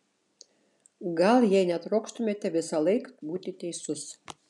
gal jei netrokštumėte visąlaik būti teisus